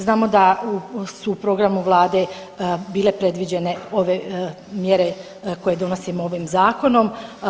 Znamo da su u programu Vlade bile predviđene ove mjere koje donosimo ovim zakonom.